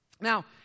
Now